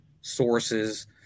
sources